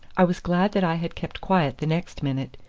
i was glad that i had kept quiet the next minute,